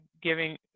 giving